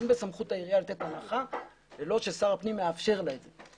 אין בסמכות העירייה לתת הנחה בלי ששר הפנים מאפשר לה את זה.